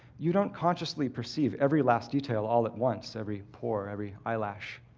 you don't consciously perceive every last detail all at once, every pore, every eyelash.